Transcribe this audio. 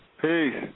Peace